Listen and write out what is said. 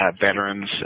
veterans